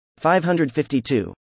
552